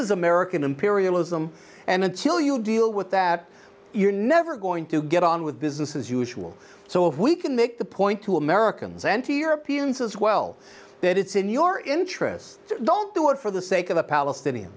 is american imperialism and until you deal with that you're never going to get on with business as usual so if we can make the point to americans and to europeans as well that it's in your interest don't do it for the sake of the palestinian